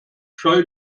scheu